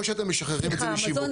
או שאתם משחררים את זה לשיווק.